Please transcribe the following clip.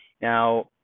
now